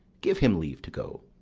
give him leave to go.